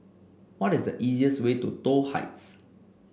what is the easiest way to Toh Heights